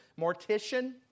mortician